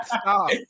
Stop